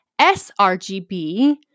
sRGB